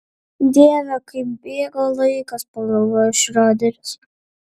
dieve kaip bėga laikas pagalvojo šrioderis